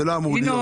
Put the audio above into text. וזה לא אמור לקרות.